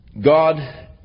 God